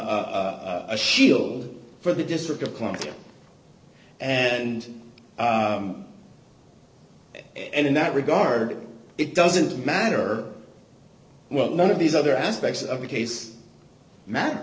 deal for the district of columbia and and in that regard it doesn't matter what none of these other aspects of the case matt